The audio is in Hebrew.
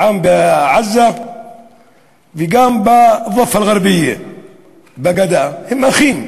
העם בעזה וגם בגדה הם אחים,